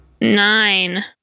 Nine